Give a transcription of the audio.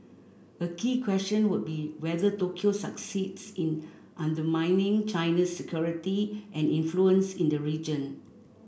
a key question would be whether Tokyo succeeds in undermining China's security and influence in the region